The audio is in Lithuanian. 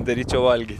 daryčiau valgyt